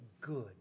good